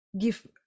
give